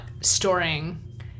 storing